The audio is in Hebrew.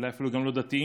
אולי אפילו גם לא דתיים,